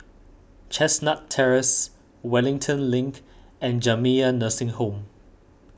Chestnut Terrace Wellington Link and Jamiyah Nursing Home